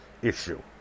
issue